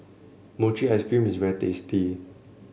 Mochi Ice Cream is very tasty